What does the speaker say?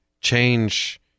change